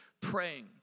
praying